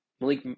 Malik